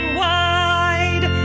wide